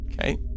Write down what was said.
Okay